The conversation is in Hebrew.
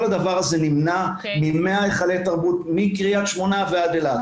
כל הדבר הזה נמנע מ-100 היכלי תרבות מקרית שמונה ועד אילת.